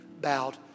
bowed